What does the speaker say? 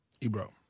Ebro